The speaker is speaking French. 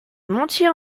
montier